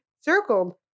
circled